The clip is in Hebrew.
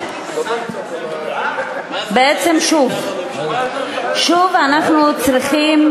בעצם שוב אנחנו צריכים